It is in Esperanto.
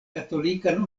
katolikan